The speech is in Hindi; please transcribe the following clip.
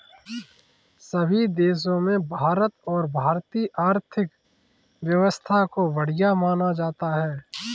सभी देशों में भारत और भारतीय आर्थिक व्यवस्था को बढ़िया माना जाता है